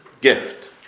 gift